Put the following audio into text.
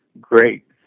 great